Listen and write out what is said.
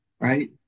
right